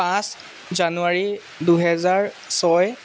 পাঁচ জানুৱাৰী দুহেজাৰ ছয়